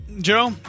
Joe